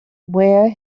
where